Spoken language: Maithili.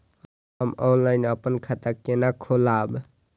हम ऑनलाइन अपन खाता केना खोलाब?